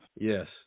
Yes